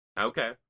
Okay